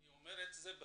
ואני אומר זאת בזהירות,